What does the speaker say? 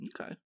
Okay